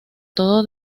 todo